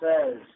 says